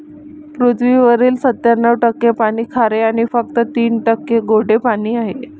पृथ्वीवरील सत्त्याण्णव टक्के पाणी खारे आणि फक्त तीन टक्के गोडे पाणी आहे